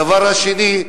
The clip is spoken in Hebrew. הדבר השני,